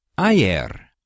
Ayer